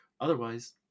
Otherwise